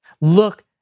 Look